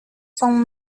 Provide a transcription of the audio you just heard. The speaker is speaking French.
sont